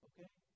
Okay